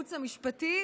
הייעוץ המשפטי,